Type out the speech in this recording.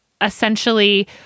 essentially